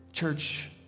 Church